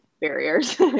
barriers